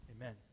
amen